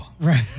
Right